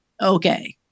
Okay